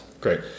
Great